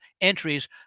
entries